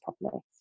properly